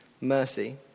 mercy